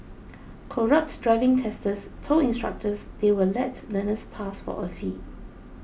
corrupt driving testers told instructors they would let learners pass for a fee